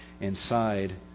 inside